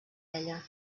ella